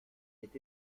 est